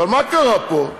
אבל מה קרה פה?